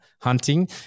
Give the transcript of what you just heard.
hunting